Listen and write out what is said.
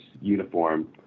uniform